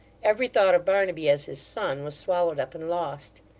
every thought of barnaby, as his son, was swallowed up and lost.